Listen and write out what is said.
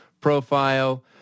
profile